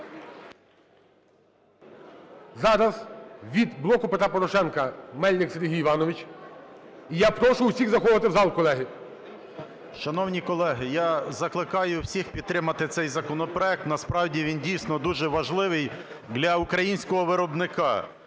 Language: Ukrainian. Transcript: Зараз від "Блоку Петра Порошенка" Мельник Сергій Іванович. І я прошу усіх заходити в зал, колеги. 11:47:53 МЕЛЬНИК С.І. Шановні колеги, я закликаю всіх підтримати цей законопроект. Насправді, він дійсно дуже важливий для українського виробника.